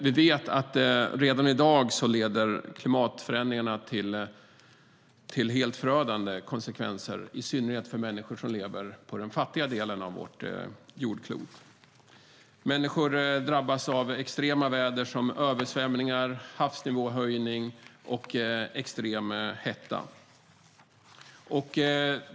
Vi vet att klimatförändringarna redan i dag får helt förödande konsekvenser, i synnerhet för människor som lever på den fattiga delen av vårt jordklot. Människor drabbas av extrema väder som översvämningar, havsnivåhöjning och extrem hetta.